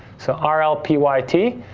so, ah rl p y t,